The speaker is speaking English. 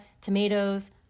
tomatoes